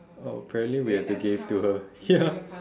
oh apparently we had to gave to her ya